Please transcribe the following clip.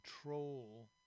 control